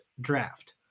draft